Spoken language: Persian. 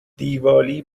دیوالی